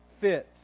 fits